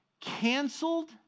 canceled